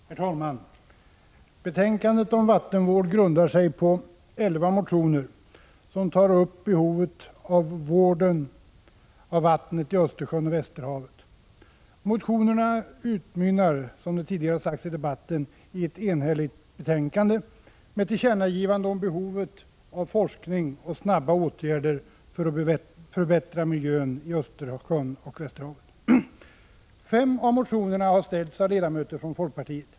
Herr talman! Betänkandet om vattenvård grundar sig på elva motioner, i vilka tas upp vården av vattnet i Östersjön och Västerhavet. Motionerna utmynnar, som sagts tidigare i debatten, i ett enhälligt betänkande med yrkande om ett tillkännagivande om behovet av forskning och snabba åtgärder för att förbättra miljön i Östersjön och Västerhavet. Fem av motionerna har väckts av ledamöter från folkpartiet.